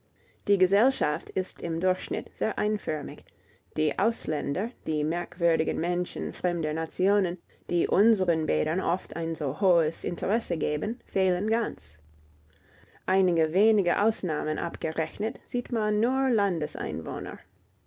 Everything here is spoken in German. die gesellschaft ist im durchschnitt sehr einförmig die ausländer die merkwürdigen menschen fremder nationen die unseren bädern oft ein so hohes interesse geben fehlen ganz einige wenige ausnahmen abgerechnet sieht man nur